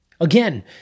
again